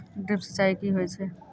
Drip सिंचाई कि होय छै?